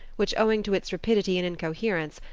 which, owing to its rapidity and incoherence,